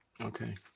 Okay